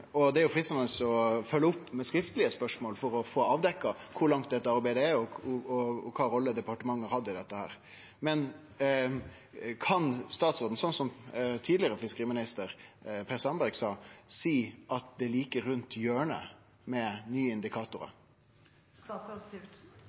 Det er freistande å følgje opp med skriftlege spørsmål for å få avdekt kor langt dette arbeidet er kome, og kva rolle departementet har hatt i dette. Men kan statsråden, sånn som tidlegare fiskeriminister Per Sandberg, seie at nye indikatorar er like rundt